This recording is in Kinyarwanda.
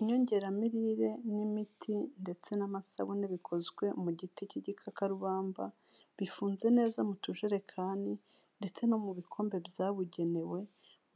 Inyongeramirire n'imiti ndetse n'amasabune bikozwe mu giti cy'igikakarubamba, bifunze neza mu tujerekani ndetse no mu bikombe byabugenewe